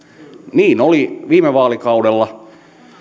niin oli viime vaalikaudella